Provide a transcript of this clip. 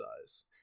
size